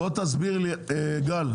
גל,